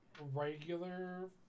regular